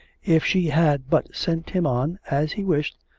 if she had but sent him on, as he wished,